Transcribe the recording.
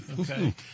Okay